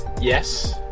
Yes